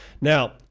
Now